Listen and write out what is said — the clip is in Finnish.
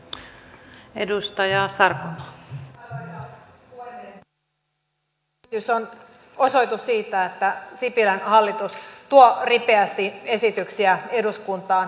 tämä esitys on osoitus siitä että sipilän hallitus tuo ripeästi esityksiä eduskuntaan